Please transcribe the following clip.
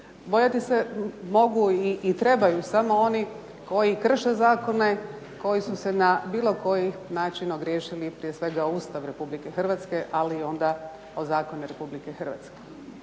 Bojati se mogu i trebaju samo oni koji krše zakone, koji su se na bilo koji način ogriješili prije svega o Ustav Republike Hrvatske, ali i onda o zakone Republike Hrvatske.